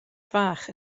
fach